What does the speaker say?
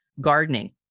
Gardening